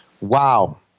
Wow